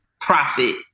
profit